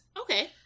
Okay